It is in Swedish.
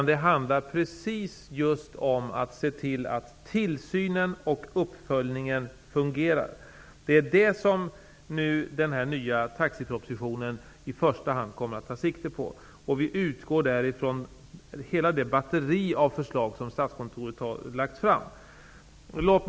Det handlar om att se till att tillsynen och uppföljningen fungerar. Det är det som den nya taxipropositionen i första hand kommer att ta sikte på. Vi utgår där från hela det batteri av förslag som Statskontoret har lagt fram.